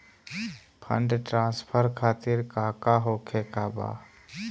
Fund transfer खातिर काका होखे का बा?